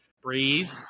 Breathe